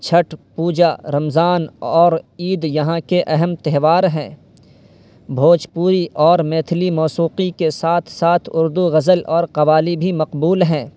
چھٹھ پوجا رمضان اور عید یہاں کے اہم تہوار ہیں بھوجپوری اور میتھلی موسیقی کے ساتھ ساتھ اردو غزل اور قوالی بھی مقبول ہیں